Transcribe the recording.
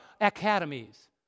academies